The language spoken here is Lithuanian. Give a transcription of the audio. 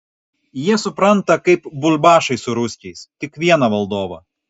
jie supranta kaip bulbašai su ruskiais tik vieną valdovą